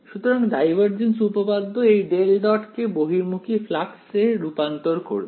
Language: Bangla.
সুতরাং ডাইভারজেন্স উপপাদ্য এই ডেল ডট কে বহির্মুখী ফ্লাক্স এ রূপান্তর করবে